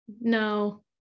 No